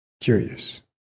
curious